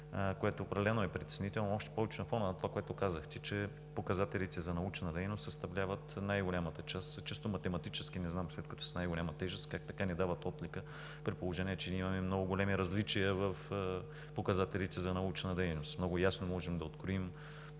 което определено е притеснително, още повече на фона на това, което казахте, че показателите за научна дейност съставляват най-голямата част. Чисто математически не знам, след като са най-голяма тежест, как така не дават отлика, при положение че ние имаме много големи различия в показателите за научна дейност. Много ясно можем да откроим